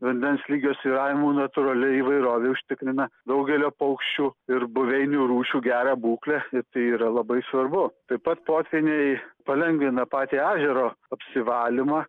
vandens lygio svyravimų natūrali įvairovė užtikrina daugelio paukščių ir buveinių rūšių gerą būklę ir tai yra labai svarbu taip pat potvyniai palengvina patį ežero apsivalymą